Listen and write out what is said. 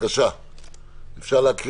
שמאפשרת לאמת עם מסמכים רבים יותר.